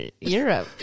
Europe